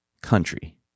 country